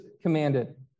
commanded